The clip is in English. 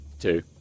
Two